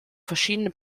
verschiedene